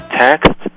text